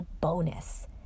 bonus